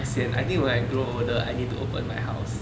uh sian I think when I grow older I need to open my house